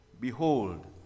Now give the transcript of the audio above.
Behold